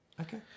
Okay